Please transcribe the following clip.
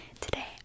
Today